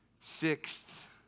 Sixth